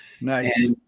Nice